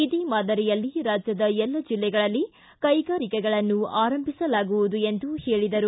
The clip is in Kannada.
ಇದೇ ಮಾದರಿಯಲ್ಲಿ ರಾಜ್ಯದ ಎಲ್ಲ ಜಿಲ್ಲೆಗಳಲ್ಲಿ ಕೈಗಾರಿಕೆಗಳನ್ನು ಆರಂಭಿಸಲಾಗುವುದು ಎಂದು ಹೇಳಿದರು